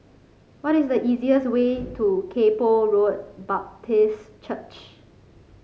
what is the easiest way to Kay Poh Road Baptist Church